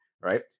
right